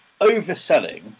overselling